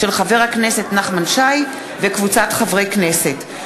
של חבר הכנסת נחמן שי וקבוצת חברי הכנסת.